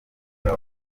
icyo